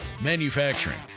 Manufacturing